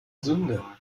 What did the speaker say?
sünde